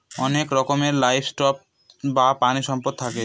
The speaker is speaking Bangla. অনেক রকমের লাইভ স্টক বা প্রানীসম্পদ থাকে